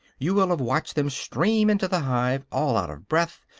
you will have watched them stream into the hive, all out of breath,